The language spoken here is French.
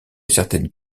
certaines